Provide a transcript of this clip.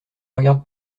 regarde